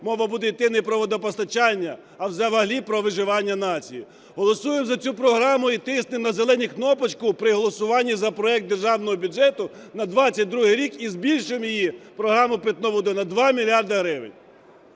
мова буде йти не про водопостачання, а взагалі про виживання нації. Голосуємо за цю програму і тиснемо на зелену кнопочку при голосуванні за проект Державного бюджету на 22-й рік, і збільшимо її, програму "Питна вода", на 2 мільярди гривень.